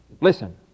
Listen